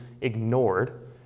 ignored